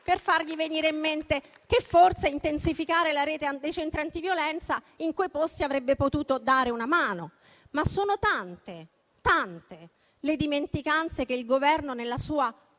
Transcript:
per fargli venire in mente che forse intensificare la rete dei centri antiviolenza in quei posti avrebbe potuto dare una mano. Ma sono tante tante le dimenticanze del Governo, provocate